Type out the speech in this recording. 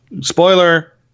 spoiler